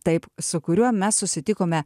taip su kuriuo mes susitikome